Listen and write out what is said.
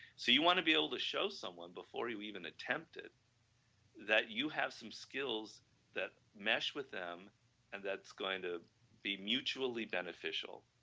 so, you want to be able to show someone before you even attempt it that you have some skills that mesh with them and that's going to be mutually beneficial,